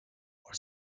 are